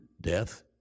death